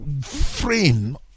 frame